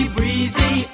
Breezy